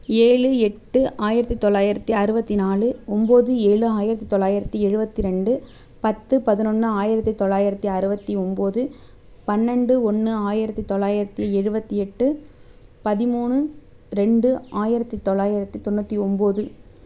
ஏழு எட்டு ஆயிரத்து தொள்ளாயிரத்தி அறுபத்தி நாலு ஒம்பது ஏழு ஆயிரத்து தொள்ளாயிரத்தி எழுபத்து ரெண்டு பத்து பதினொன்று ஆயிரத்து தொள்ளாயிரத்தி அறுபத்தி ஒம்பது பன்னெண்டு ஒன்று ஆயிரத்து தொள்ளாயிரத்தி எழுபத்தி எட்டு பதிமூணு ரெண்டு ஆயிரத்து தொள்ளாயிரத்தி தொண்ணூற்றி ஒம்பது